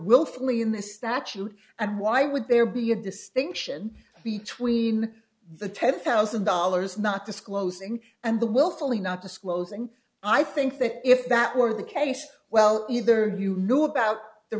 willfully in this statute and why would there be a distinction between the ten one thousand dollars not disclosing and the willfully not disclosing i think that if that were the case well either you knew about the